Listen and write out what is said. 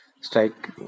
strike